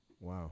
Wow